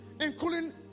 including